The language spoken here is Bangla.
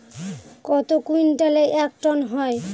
কত কুইন্টালে এক টন হয়?